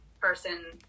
person